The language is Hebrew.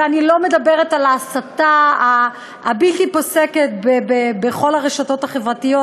ואני לא מדברת על ההסתה הבלתי-פוסקת בכל הרשתות החברתיות,